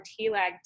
TLAG